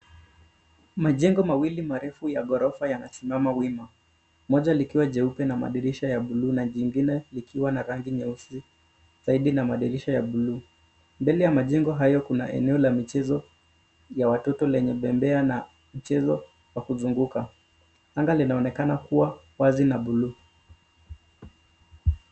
Majengo mawili marefu Ya gorofa yanasimama wima moja likiwa jeupe na madirisha ya buluu ,na jingine likiwa na rangi nyeusi zaidi na madirisha ya buluu mbele ya majengo hayo kuna eneo la michezo ya watoto lenye bembea na mchezo wa kuzunguka anga linaonekana kuwa wazi na buluu.